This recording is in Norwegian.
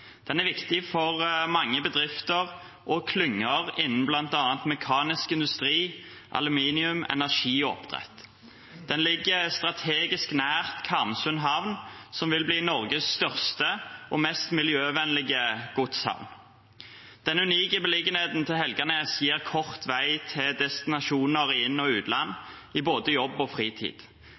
Den er viktig for mange bedrifter og klynger innen bl.a. mekanisk industri, aluminium, energi og oppdrett. Den ligger strategisk nær Karmsund havn, som vil bli Norges største og mest miljøvennlige godshavn. Den unike beliggenheten til Helganes gir kort vei til destinasjoner i inn- og utland i forbindelse med både jobb og fritid.